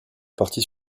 partie